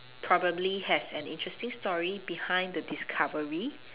probably has an interesting story behind the discovery